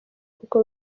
kuko